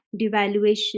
devaluation